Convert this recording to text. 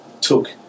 took